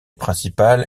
principale